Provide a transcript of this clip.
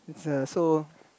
is a so